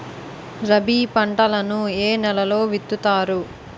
రబీ పంటలను ఏ నెలలో విత్తుతారు?